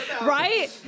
Right